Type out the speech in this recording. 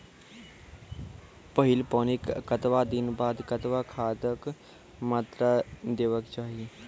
पहिल पानिक कतबा दिनऽक बाद कतबा खादक मात्रा देबाक चाही?